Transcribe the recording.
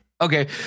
Okay